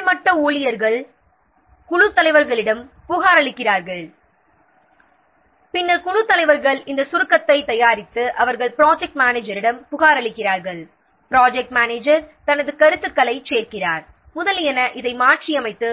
கீழ் மட்ட ஊழியர்கள் குழுத் தலைவர்களிடம் புகாரளிக்கிறார்கள் பின்னர் குழுத் தலைவர்கள் இந்த சுருக்கத்தைத் தயாரித்து அவர்கள் ப்ராஜெக்ட் மேனேஜரிடம் புகாரளிக்கிறார்கள் ப்ராஜெக்ட் மேனேஜர் தனது கருத்துக்களைச் சேர்க்கிறார் குழுத் தலைவர் இதை மாற்றியமைத்து